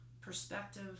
perspective